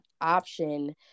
option